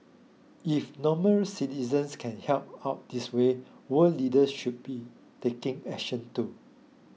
if normal citizens can help out this way world leaders should be taking action too